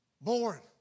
Born